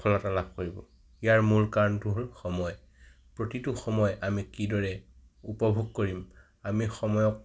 সফলতা লাভ কৰিব ইয়াৰ মূল কাৰণটো হ'ল সময় প্ৰতিটো সময় আমি কিদৰে উপভোগ কৰিম আমি সময়ক